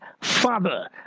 father